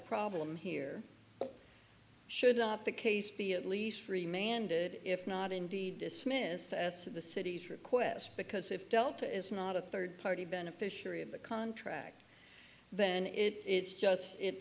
problem here should not the case be at least free man did if not indeed dismissed as to the city's request because if delta is not a third party beneficiary of the contract then it is just it